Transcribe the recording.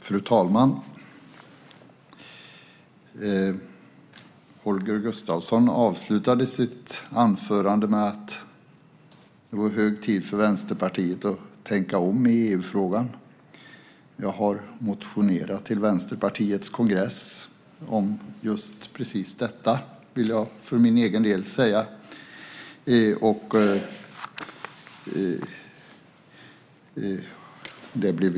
Fru talman! Holger Gustafsson avslutade sitt anförande med att det är hög tid för Vänsterpartiet att tänka om i EU-frågan. Jag har motionerat till Vänsterpartiets kongress om just precis detta. Motionen blev tyvärr avslagen.